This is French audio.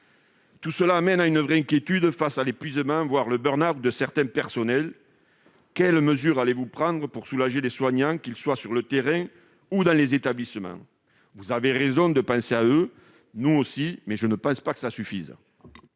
Tout cela provoque une véritable inquiétude face à l'épuisement, voire au burn-out de certains personnels. Quelles mesures allez-vous prendre pour soulager les soignants, qu'ils soient sur le terrain ou dans les établissements ? Vous avez raison de penser à eux, nous y pensons aussi, mais je crains que cela ne suffise